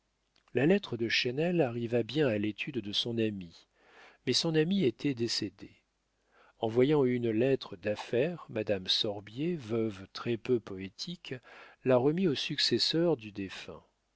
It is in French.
la lettre de chesnel arriva bien à l'étude de son ami mais son ami était décédé en voyant une lettre d'affaires madame sorbier veuve très-peu poétique la remit au successeur du défunt